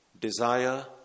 desire